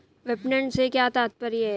विपणन से क्या तात्पर्य है?